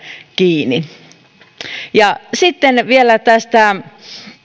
kiinni sitten vielä